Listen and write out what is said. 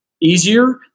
easier